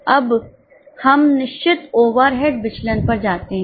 अब हम निश्चित ओवरहेड विचलन पर जाते हैं